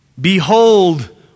Behold